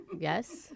Yes